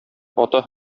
ата